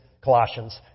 Colossians